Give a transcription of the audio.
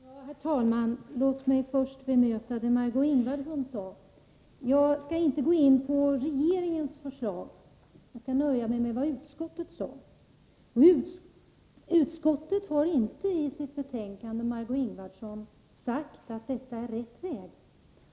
Herr talman! Låt mig först bemöta det Margö Ingvardsson sade. Jag skall inte gå in på regeringens förslag utan nöjer mig med vad utskottet sagt. Utskottet har inte, Margö Ingvardsson, i sitt betänkande sagt att något skulle vara rätta vägen.